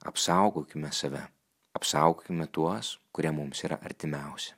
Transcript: apsaugokime save apsaugokime tuos kurie mums yra artimiausi